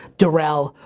darrelle,